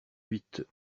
huit